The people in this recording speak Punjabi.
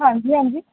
ਹਾਂਜੀ ਹਾਂਜੀ